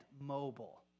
mobile